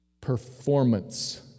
performance